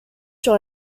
sur